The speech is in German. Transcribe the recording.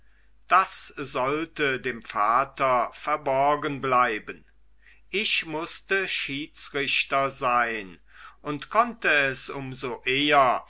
das sollte dem vater verborgen bleiben ich mußte schiedsrichter sein und konnte es um so eher